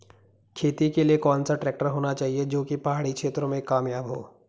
खेती के लिए कौन सा ट्रैक्टर होना चाहिए जो की पहाड़ी क्षेत्रों में कामयाब हो?